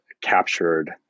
captured